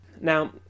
Now